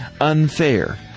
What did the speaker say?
unfair